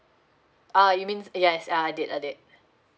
ah you mean yes I did I did